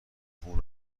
خون